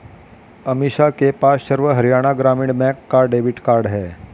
अमीषा के पास सर्व हरियाणा ग्रामीण बैंक का डेबिट कार्ड है